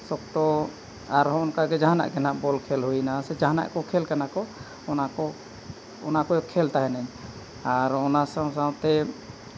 ᱥᱚᱠᱛᱚ ᱟᱨᱦᱚᱸ ᱚᱱᱠᱟ ᱜᱮ ᱡᱟᱦᱟᱱᱟᱜ ᱜᱮ ᱦᱟᱸᱜ ᱵᱚᱞ ᱠᱷᱮᱞ ᱦᱩᱭᱱᱟ ᱥᱮ ᱡᱟᱦᱟᱱᱟᱜ ᱜᱮ ᱠᱷᱮᱞ ᱠᱟᱱᱟ ᱠᱚ ᱚᱱᱟ ᱠᱚ ᱚᱱᱟ ᱠᱚ ᱠᱷᱮᱞ ᱛᱟᱦᱮᱱᱤᱧ ᱟᱨ ᱚᱱᱟ ᱥᱟᱶ ᱥᱟᱶᱛᱮ